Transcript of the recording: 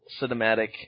Cinematic